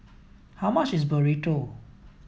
how much is Burrito